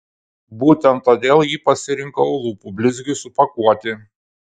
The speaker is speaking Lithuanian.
būtent todėl jį pasirinkau lūpų blizgiui supakuoti